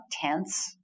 tense